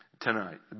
Tonight